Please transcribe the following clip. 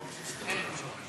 לשמוע.